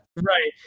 right